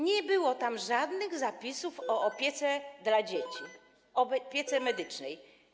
Nie było tam żadnych zapisów o opiece dla dzieci, o opiece medycznej.